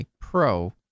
Pro